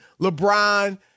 LeBron